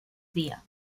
día